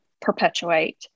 perpetuate